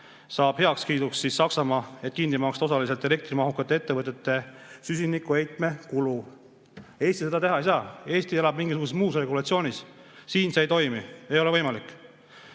saab heakskiidu Saksamaa, et kinni maksta osaliselt elektrimahukate ettevõtete süsinikuheitme kulu. Eesti seda teha ei saa, Eesti elab mingisuguses muus regulatsioonis, siin see ei toimi, ei ole võimalik.